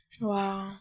Wow